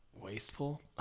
wasteful